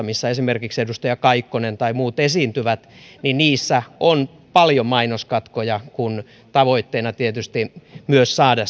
missä esimerkiksi edustaja kaikkonen ja muut esiintyvät niissä on paljon mainoskatkoja kun tavoitteena on tietysti myös saada